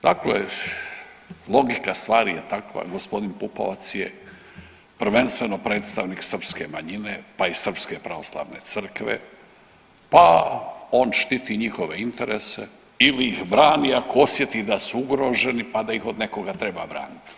Dakle, logika stvari je takva gospodin Pupovac je prvenstveno predstavnik srpske manjine, pa i srpske pravoslavne crkve, pa on štiti njihove interese ili ih brani ako osjeti da su ugroženi pa da ih od nekoga treba braniti.